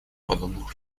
подобных